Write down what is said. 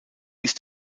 ist